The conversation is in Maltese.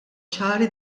ċari